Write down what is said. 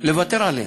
לוותר עליהם,